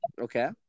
Okay